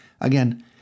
again